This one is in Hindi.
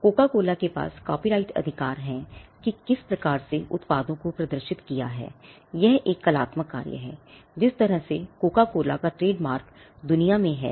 कोको कोला के पास कापीराइट अधिकार है कि किस प्रकार से उत्पादों को प्रदर्शित किया है यह एक कलात्मक कार्य है जिस तरह से कोको कोला का ट्रेडमार्क दुनिया में है